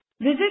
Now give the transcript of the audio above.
Visit